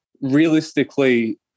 Realistically